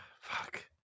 Fuck